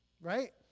right